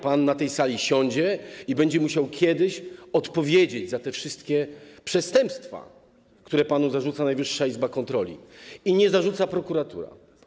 Pan na tej sali siądzie i będzie musiał kiedyś odpowiedzieć za te wszystkie przestępstwa, które panu zarzuca Najwyższa Izba Kontroli, choć nie zarzuca ich prokuratura.